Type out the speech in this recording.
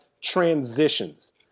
transitions